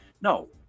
no